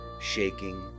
shaking